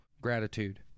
gratitude